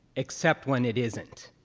except when it isn't.